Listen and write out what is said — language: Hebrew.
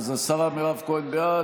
אז השרה מירב כהן בעד.